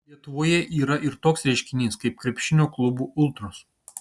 lietuvoje yra ir toks reiškinys kaip krepšinio klubų ultros